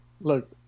Look